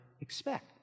expect